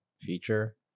feature